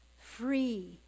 free